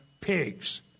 pigs